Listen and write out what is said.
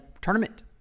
tournament